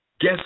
guess